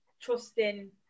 trusting